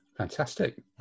Fantastic